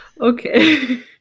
Okay